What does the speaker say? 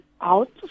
out